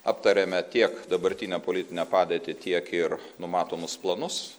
aptarėme tiek dabartinę politinę padėtį tiek ir numatomus planus